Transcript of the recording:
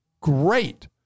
great